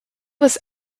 was